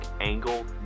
angle